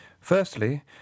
Firstly